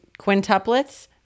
quintuplets